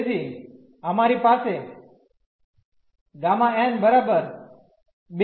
તેથી અમારી પાસે હશે